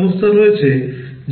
করে